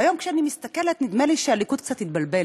והיום, כשאני מסתכלת, נדמה לי שהליכוד קצת התבלבל.